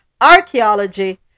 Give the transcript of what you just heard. Archaeology